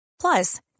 Plus